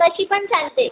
कशी पण चालते